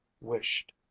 wished